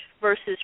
versus